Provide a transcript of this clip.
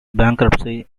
bankruptcy